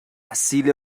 اصیل